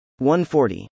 140